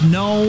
no